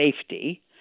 safety